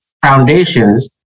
foundations